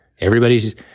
Everybody's